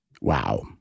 Wow